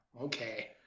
okay